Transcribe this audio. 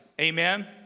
Amen